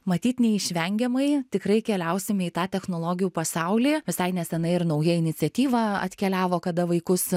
matyt neišvengiamai tikrai keliausime į tą technologijų pasaulį visai neseniai ir nauja iniciatyva atkeliavo kada vaikus